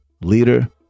leader